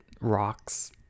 rocks